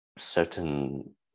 Certain